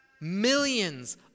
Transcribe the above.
Millions